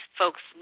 folks